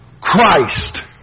Christ